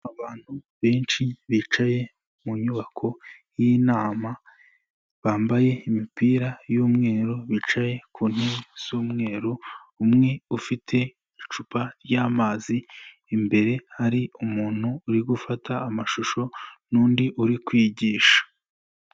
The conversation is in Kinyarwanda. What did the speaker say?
Abantu benshi bicaye mu nyubako y'inama, bambaye imipira y'umweru, bicaye ku ntebe z'umweru, umwe ufite icupa ry'amazi, imbere hari umuntu uri gufata amashusho n'undi uri kwigisha.